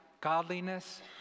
godliness